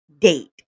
date